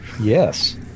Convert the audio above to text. Yes